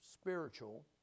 spiritual